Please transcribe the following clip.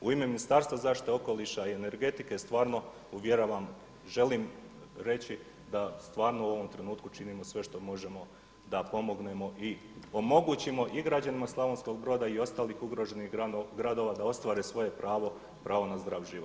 U ime Ministarstva zaštite okoliša i energetike stvarno uvjeravam, želim reći da stvarno u ovom trenutku želimo sve što možemo da pomognemo i omogućimo i građanima Slavonskog Broda i ostalih ugroženih gradova da ostvare svoje pravo, pravo na zdrav život.